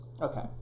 okay